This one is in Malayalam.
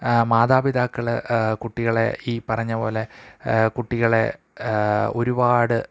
മാതാപിതാക്കള് കുട്ടികളെ ഈ പറഞ്ഞപോലെ കുട്ടികളെ ഒരുപാട്